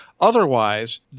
Otherwise